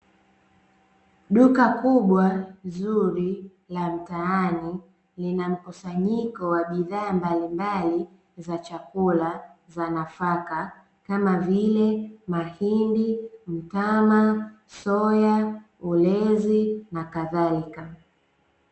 Duka kubwa zuri la mtaani lina mkusanyiko wa bidhaa mbalimbali za chakula za nafaka kama vile mahindi, mtama, soya, ulezi na kadhalika.